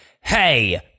Hey